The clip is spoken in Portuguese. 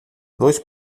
dois